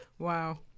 Wow